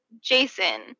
Jason